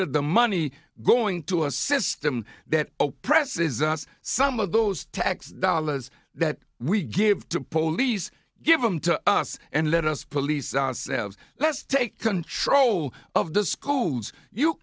of the money going to a system that oppresses us some of those tax dollars that we give to police give them to us and let us police selves let's take control of the schools you